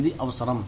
ఇది అవసరం